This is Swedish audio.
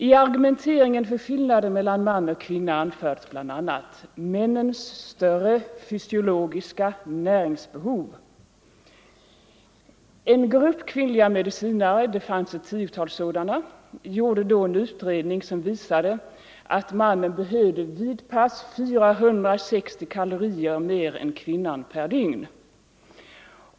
I argumenteringen för skillnaden mellan man och kvinna anfördes Nr 130 bl.a. ”männens större fysiologiska näringsbehov”. En grupp kvinnliga Torsdagen den medicinare — det fanns några tiotal — gjorde då en utredning som visade 28 november 1974 att mannen behöver vid pass 460 kalorier mer än kvinnan per dygn.